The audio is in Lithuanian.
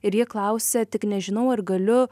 ir ji klausia tik nežinau ar galiu